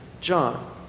John